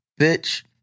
Bitch